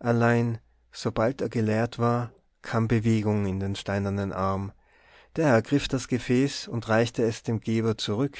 allein sobald er geleert war kam bewegung in den steinernen arm der ergriff das gefäß und reichte es dem geber zurück